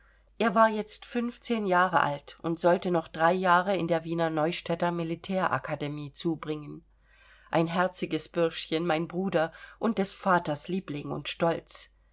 er war jetzt fünfzehn jahre alt und sollte noch drei jahre in der wiener neustädter militärakademie zubringen ein herziges bürschchen mein bruder und des vaters liebling und stolz